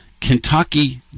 Kentucky